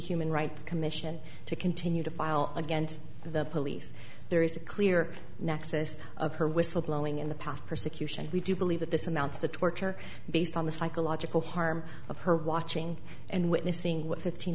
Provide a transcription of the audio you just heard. human rights commission to continue to file against the police there is a clear nexus of her whistle blowing in the past persecution we do believe that this amounts to torture based on the psychological harm of her watching and witnessing what fifteen